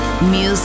Music